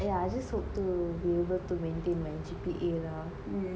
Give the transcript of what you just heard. yeah I just hope to we are able to maintain my G_P_A lah